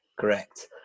Correct